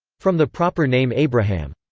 from the proper name abraham.